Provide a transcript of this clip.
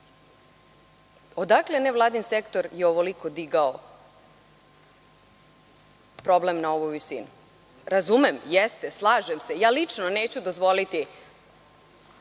odakle nevladin sektor je ovoliko digao problem na ovu visinu. Razumem, jeste, slažem se. Lično neću dozvoliti